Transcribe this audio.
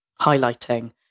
highlighting